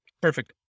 Perfect